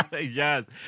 Yes